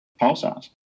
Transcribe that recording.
pulsars